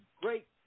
great